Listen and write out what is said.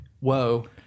Whoa